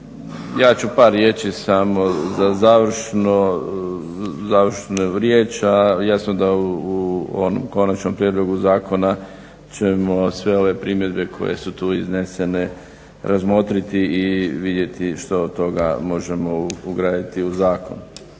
Ja ću par riječi samo za završnu riječ a jasno da u onom Konačnom prijedlogu zakona ćemo sve one primjedbe koje su tu iznesene razmotriti i vidjeti što od toga možemo ugraditi u zakon.